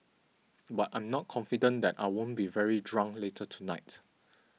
but I'm not confident that I won't be very drunk later tonight